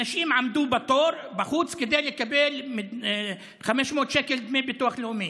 אנשים עמדו בתור בחוץ כדי לקבל 500 שקל דמי ביטוח לאומי.